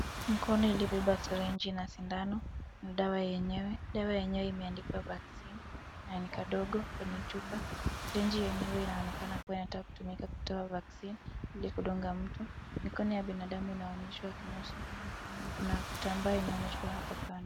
Mkono ulibeba syringe na sindano na dawa yenyewe. Dawa yenyewe imeandikwa vaccine na ni kadogo kwenye chupa. Syringe yenyewe inaonekana kuwa inataka kutumika kutoa vaccine ili kudunga mtu. Mikono ya binadamu inaonyeshwa kinusu. Kuna kitambaa inaonyeshwa hapo kando.